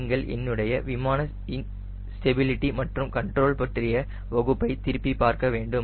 நீங்கள் என்னுடைய விமான ஸ்டெபிளிட்டி மற்றும் கண்ட்ரோல் பற்றிய வகுப்பை திருப்பி பார்க்க வேண்டும்